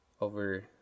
over